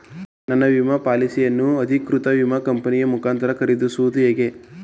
ನನ್ನ ವಿಮಾ ಪಾಲಿಸಿಯನ್ನು ಅಧಿಕೃತ ವಿಮಾ ಕಂಪನಿಯ ಮುಖಾಂತರ ಖರೀದಿಸುವುದು ಹೇಗೆ?